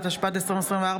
התשפ"ד 2024,